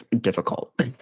difficult